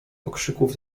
okrzyków